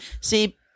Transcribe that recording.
See